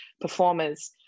performers